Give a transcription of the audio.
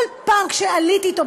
כל פעם כשעליתי אתו,